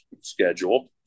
schedule